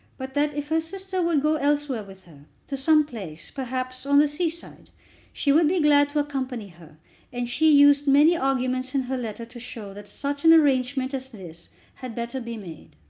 but that if her sister would go elsewhere with her to some place, perhaps, on the sea-side she would be glad to accompany her and she used many arguments in her letter to show that such an arrangement as this had better be made.